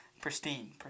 Pristine